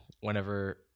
Whenever